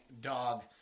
dog